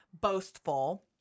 boastful